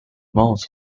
mount